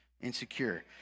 Insecure